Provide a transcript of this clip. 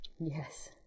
Yes